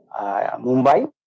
Mumbai